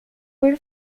por